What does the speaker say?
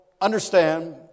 understand